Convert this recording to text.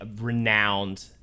renowned